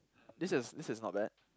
this is this is not bad